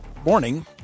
Morning